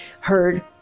heard